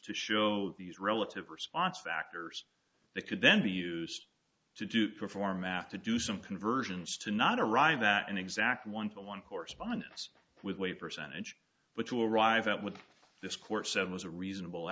to show these relative response factors that could then be used to do perform math to do some conversions to not arrive that an exact one to one correspondence with weight percentage but to arrive at with this court said was a reasonable